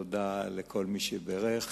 ותודה לכל מי שבירך.